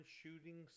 shooting